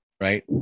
right